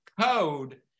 code